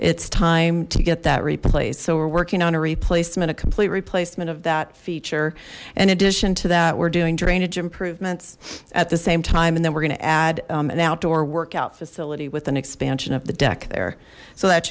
it's time to get that replace so we're working on a replacement a complete replacement of that feature in addition to that we're doing drainage improvements at the same time and then we're going to add an outdoor workout facility with an expansion of the deck there so that